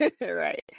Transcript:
Right